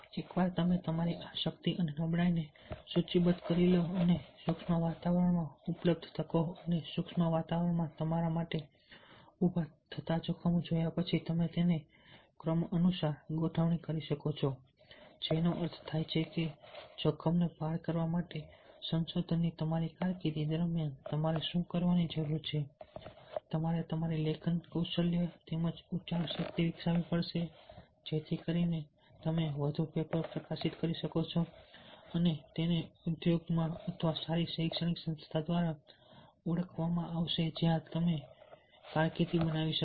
એકવાર તમે તમારી આ શક્તિ અને નબળાઈને સૂચિબદ્ધ કરી લો અને સૂક્ષ્મ વાતાવરણમાં ઉપલબ્ધ તકો અને સૂક્ષ્મ વાતાવરણમાં તમારા માટે ઊભા થતા જોખમો જોયા પછી તમે તેને ક્રમ અનુસાર ગોઠવણ કરી શકો છો જેનો અર્થ થાય છે કે જોખમોને પાર કરવા માટે સંશોધનની તમારી કારકિર્દી દરમિયાન તમારે શું કરવાની જરૂર છે તમારે તમારી લેખન કૌશલ્ય તેમજ ઉચ્ચારણ શક્તિ વિકસાવવી પડશે જેથી કરીને તમે વધુ પેપર પ્રકાશિત કરી શકો અને તેને ઉદ્યોગમાં અથવા સારી શૈક્ષણિક સંસ્થા દ્વારા ઓળખવામાં આવશે જ્યાં તમે કારકિર્દી બનાવી શકો